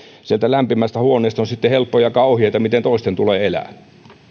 sieltä lämpimästä huoneesta on sitten helppo jakaa ohjeita miten toisten tulee elää